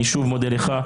אני שוב מודה לך,